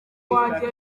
wanjye